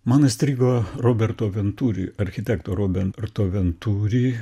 man įstrigo roberto venturi architekto robenrto venturi